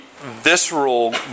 visceral